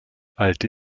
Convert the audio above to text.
alte